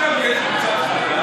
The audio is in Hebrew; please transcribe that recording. שניתנו בהפרש של פחות מ-24